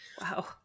Wow